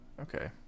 Okay